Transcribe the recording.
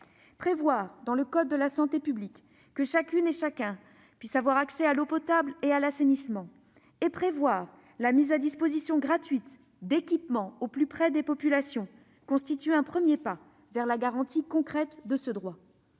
Prévoir dans le code de la santé publique que chacun doit avoir accès à l'eau potable et à l'assainissement, prévoir aussi la mise à disposition gratuite d'équipements au plus près des populations : autant de premiers pas vers la garantie concrète de ce droit.